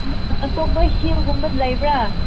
ꯑꯗꯨꯒ ꯑꯇꯣꯞꯄ ꯍꯤꯜꯒꯨꯝꯕ ꯂꯩꯕ꯭ꯔꯥ